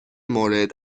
مورد